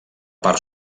part